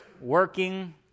working